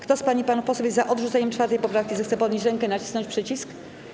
Kto z pań i panów posłów jest za odrzuceniem 4. poprawki, zechce podnieść rękę i nacisnąć przycisk.